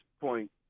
point